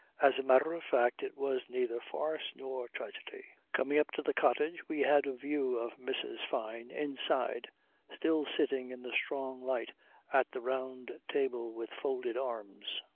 as a matter of fact it was neither farce nor tragedy. coming up to the cottage we had a view of mrs. fyne inside still sitting in the strong light at the round table with folded arms.